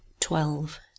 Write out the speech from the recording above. twelve